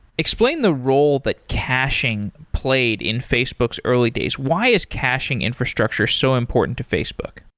explain the role that caching played in facebook's early days. why is caching infrastructure so important to facebook?